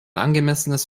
angemessenes